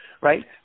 right